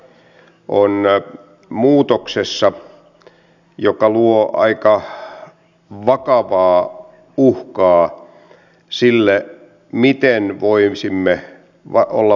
sitten meillä on kuten täällä on sanottu mahdollisuudet biotalouteen cleantechiin terveellisiin teknologiaan digitaalisiin liikenteeseen ja muihin